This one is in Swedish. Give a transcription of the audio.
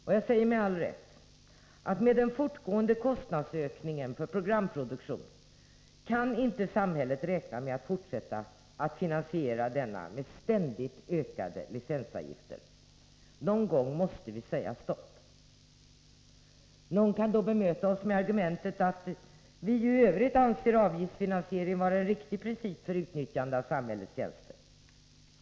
Vi inser — med all rätt — att med den fortgående kostnadsökningen för programproduktion kan inte samhället räkna med att fortsätta att finansiera denna programproduktion med ständigt ökande licensavgifter. Någon gång måste vi säga stopp. Någon kan då bemöta oss med argumentet att vi i övrigt anser avgiftsfinansiering vara en riktig princip för utnyttjande av samhällets tjänster.